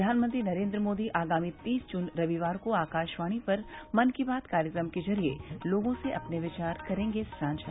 प्रधानमंत्री नरेन्द्र मोदी आगामी तीस जून रविवार को आकाशवाणी पर मन की बात कार्यक्रम के जुरिये लोगों से अपने विचार करेंगे साझा